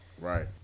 Right